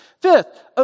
Fifth